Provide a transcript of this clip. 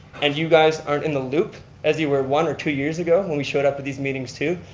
and you guys aren't in the loop, as you were one or two years ago when we showed up at these meetings too.